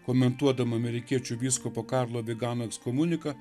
komentuodama amerikiečių vyskupo karlo vigano ekskomuniką